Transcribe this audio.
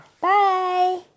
Bye